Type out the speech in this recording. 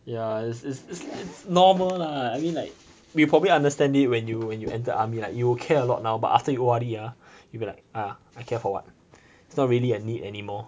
yeah it's it's it's normal lah I mean like we'll probably understand it when you when you enter army like you will care a lot now but after you O_R_D ah you'll be like ah I care for what it's not really a need anymore